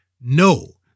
No